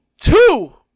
two